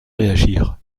réagir